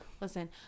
Listen